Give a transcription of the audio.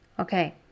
Okay